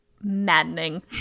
maddening